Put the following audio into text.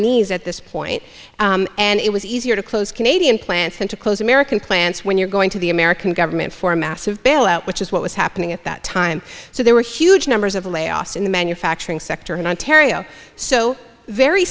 knees at this point and it was easier to close canadian plants than to close american plants when you're going to the american government for a massive bailout which is what was happening at that time so there were huge numbers of layoffs in the manufacturing sector in ontario so very